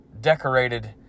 decorated